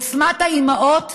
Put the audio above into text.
עוצמת האימהות